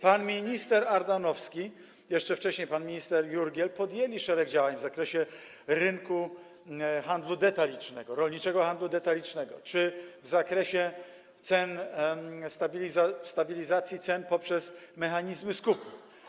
Pan minister Ardanowski, jeszcze wcześniej pan minister Jurgiel podjęli szereg działań w zakresie rynku handlu detalicznego, rolniczego handlu detalicznego czy w zakresie stabilizacji cen poprzez mechanizmy skupu.